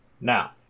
Now